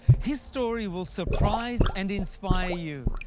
his story will surprise and inspire you.